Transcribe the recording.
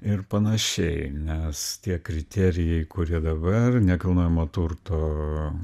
ir panašiai nes tie kriterijai kurie dabar nekilnojamo turto